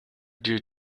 due